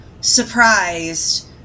surprised